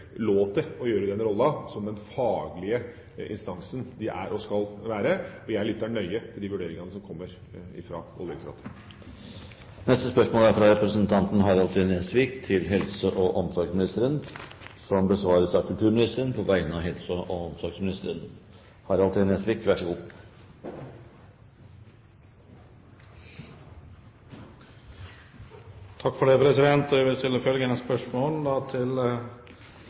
lov til å ha den rollen som den faglige instansen de er og skal være. Og jeg lytter nøye til de vurderingene som kommer fra Oljedirektoratet. Stortinget går tilbake til spørsmål 6, fra representanten Harald T. Nesvik, til helse- og omsorgsministeren. Spørsmålet vil bli besvart av kulturministeren på vegne av helse- og omsorgsministeren, som er bortreist. Jeg vil stille følgende spørsmål til helse- og